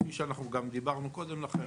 כפי שאנחנו גם דיברנו קודם לכן,